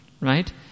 Right